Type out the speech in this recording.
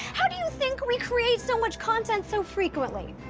how do you think we create so much content so frequently?